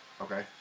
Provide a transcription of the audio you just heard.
Okay